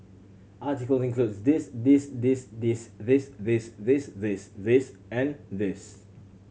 article includes this this this this this this this this this and this